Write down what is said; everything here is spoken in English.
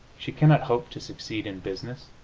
she cannot hope to succeed in business,